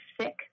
sick